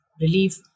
relief